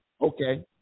Okay